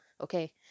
okay